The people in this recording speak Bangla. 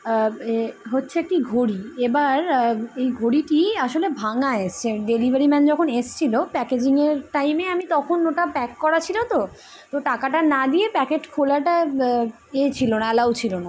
হচ্ছে একটি ঘড়ি এবার এই ঘড়িটি আসলে ভাঙা এসছে ডেলিভারি ম্যান যখন এসছিলো প্যাকেজিংয়ের টাইমে আমি তখন ওটা প্যাক করা ছিলো তো তো টাকাটা না দিয়ে প্যাকেট খোলাটা এছিলো না অ্যালাউ ছিলো না